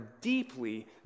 deeply